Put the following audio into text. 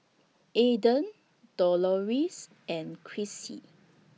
Adan Doloris and Chrissy